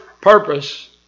purpose